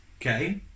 Okay